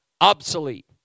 obsolete